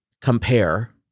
compare